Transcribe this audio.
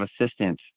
assistance